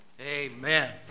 Amen